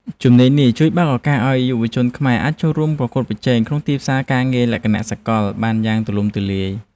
ជំនាញនេះជួយបើកឱកាសឱ្យយុវជនខ្មែរអាចចូលរួមប្រកួតប្រជែងក្នុងទីផ្សារការងារលក្ខណៈសកលលោកបានយ៉ាងទូលំទូលាយ។